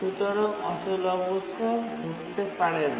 সুতরাং অচলাবস্থা ঘটতে পারে না